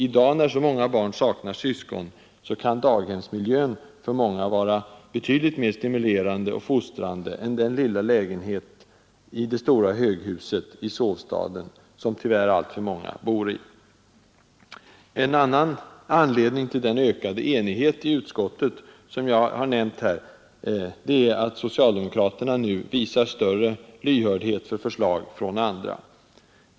I dag, när så många barn saknar syskon, kan daghemsmiljön vara betydligt mer stimulerande och fostrande än den lilla lägenheten, i det stora höghuset, i sovstaden — som tyvärr alltför många bor i. En annan anledning till den ökade enighet i utskottet som jag nämnt är att socialdemokraterna nu visar större lyhördhet för förslag från andra.